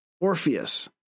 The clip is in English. Orpheus